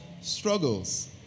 struggles